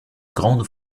grande